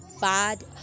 bad